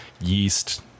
yeast